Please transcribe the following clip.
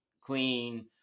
clean